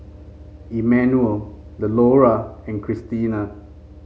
Emanuel Delora and Krystina